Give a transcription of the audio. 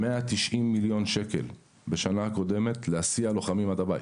190 מיליון שקל בשנה הקודמת עבור הסעת לוחמים עד הבית